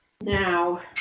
Now